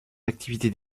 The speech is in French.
activité